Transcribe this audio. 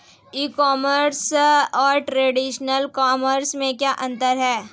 ई commerce और traditional commerce में क्या अंतर है?